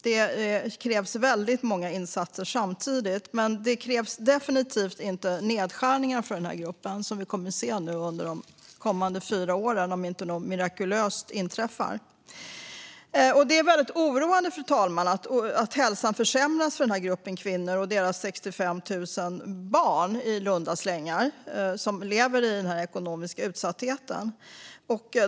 Det krävs många insatser samtidigt, men det krävs definitivt inte nedskärningar för den här gruppen, som vi kommer att se nu de kommande fyra åren om inte något mirakulöst inträffar. Fru talman! Det är väldigt oroande att hälsan försämras för den här gruppen kvinnor och deras i runda slängar 65 000 barn som lever i ekonomisk utsatthet.